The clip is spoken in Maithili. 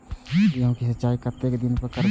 गेहूं का सीचाई कतेक दिन पर करबे?